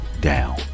down